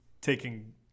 taking